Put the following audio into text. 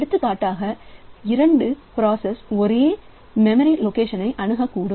எடுத்துக்காட்டாகஇரண்டு process ஒரே memory location ஐ அணுகக்கூடும்